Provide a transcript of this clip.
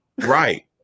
right